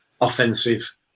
offensive